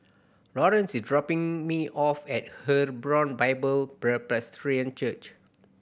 Laurence is dropping me off at Hebron Bible Church